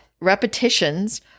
repetitions